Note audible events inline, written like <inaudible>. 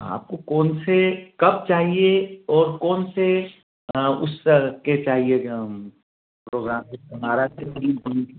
आपको कौन से कब चाहिए और कौन से उस तर के चाहिए ज प्रोग्राम <unintelligible> हमारा <unintelligible>